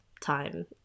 time